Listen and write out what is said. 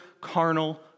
carnal